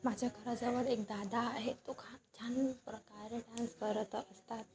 माझ्या घराजवळ एक दादा आहे तो खान छान प्रकारे डान्स करत असतात